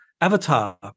Avatar